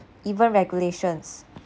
even regulations